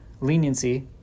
leniency